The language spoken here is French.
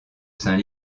saint